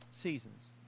seasons